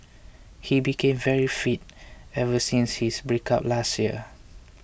he became very fit ever since his breakup last year